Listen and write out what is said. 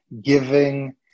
giving